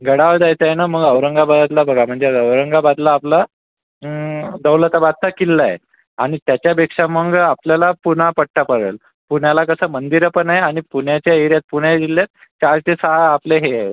गडावर जायचंय नं मग औरंगाबादला बघा म्हणजे औरंगाबादला आपला दौलताबादचा किल्लाय आणि त्याच्यापेक्षा मंग आपल्याला पुना पट्टा पडल पुण्याला कसं मंदिरं पण आहे आणि पुण्याच्या एरियात पुणे जिल्ह्यात चार ते सहा आपलं हे आहेत